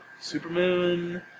Supermoon